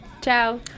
Ciao